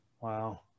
Wow